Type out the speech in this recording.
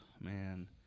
man